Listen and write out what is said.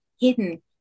hidden